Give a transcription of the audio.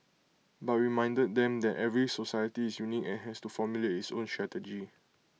but we reminded them that every society is unique and has to formulate its own strategy